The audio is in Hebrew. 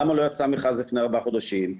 למה לא יצא מכרז לפני ארבעה חודשים?